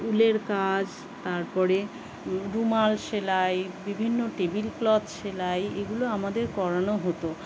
উলের কাজ তারপরে রুমাল সেলাই বিভিন্ন টেবিল ক্লথ সেলাই এগুলো আমাদের করানো হতো